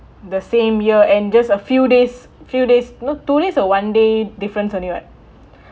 the same year and just a few days few days you know two days or one day difference only [what]